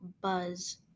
buzz